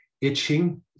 Itching